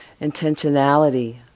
intentionality